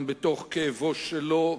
גם בתוך כאבו שלו,